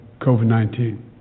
COVID-19